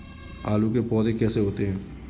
आलू के पौधे कैसे होते हैं?